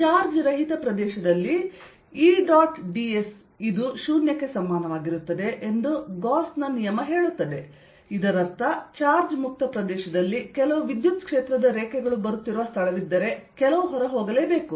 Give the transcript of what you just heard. charge ರಹಿತ ಪ್ರದೇಶದಲ್ಲಿ E dot dS ವು 0 ಗೆ ಸಮಾನವಾಗಿರುತ್ತದೆ ಎಂದು ಗಾಸ್ ನ ನಿಯಮ ಹೇಳುತ್ತದೆ ಇದರರ್ಥ ಚಾರ್ಜ್ ಮುಕ್ತ ಪ್ರದೇಶದಲ್ಲಿ ಕೆಲವು ವಿದ್ಯುತ್ ಕ್ಷೇತ್ರದ ರೇಖೆಗಳು ಬರುತ್ತಿರುವ ಸ್ಥಳವಿದ್ದರೆ ಕೆಲವು ಹೊರಹೋಗಬೇಕು